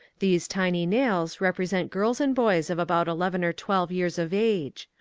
these tiny nails represent girls and boys of about eleven or twelve years of age.